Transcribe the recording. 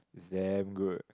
is damn good